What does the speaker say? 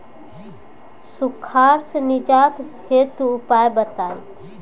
सुखार से निजात हेतु उपाय बताई?